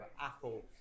Apple